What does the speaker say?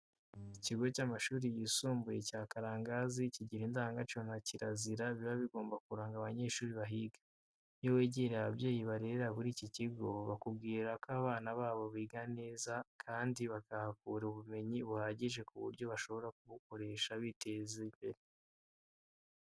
Ikigo cy'amashuri yisumbuye cya Karangazi kigira indangagaciro na kirazira biba bigomba kuranga abanyeshuri bahiga. Iyo wegereye ababyeyi barerera kuri iki kigo, bakubwira ko abana babo biga neza kandi bahakura ubumenyi buhagije ku buryo bashobora kubukoresha biteza imbere.